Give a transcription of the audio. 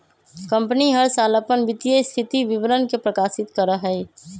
company हर साल अपन वित्तीय स्थिति विवरण के प्रकाशित करा हई